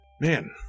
Man